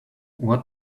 what